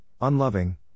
unloving